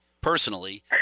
personally